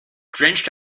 drenched